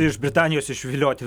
iš britanijos išvilioti